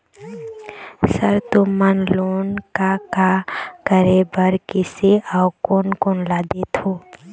Sir तुमन loan का का करें बर, किसे अउ कोन कोन ला देथों?